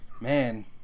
man